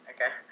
Okay